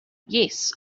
yes